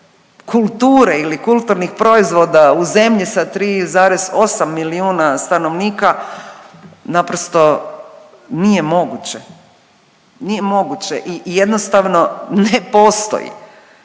kulture ili kulturnih proizvoda u zemlji sa 3,8 milijuna stanovnika, naprosto nije moguće, nije moguće i, i jednostavno ne postoji.